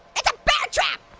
it's a bear trap,